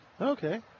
Okay